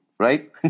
Right